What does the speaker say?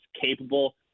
capable